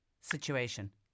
situation